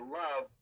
love